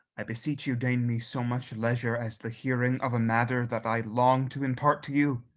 i beseech you deign me so much leisure as the hearing of a matter that i long to impart to you.